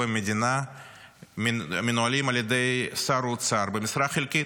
המדינה מנוהלים על ידי שר אוצר במשרה חלקית.